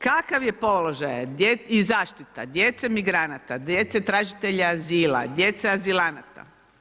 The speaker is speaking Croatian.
Kakav je položaj i zaštita djece migranata, djece tražitelja azila, djece azilanata?